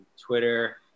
twitter